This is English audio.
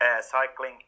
cycling